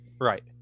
Right